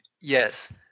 Yes